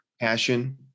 passion